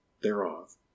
thereof